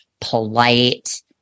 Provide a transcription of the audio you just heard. polite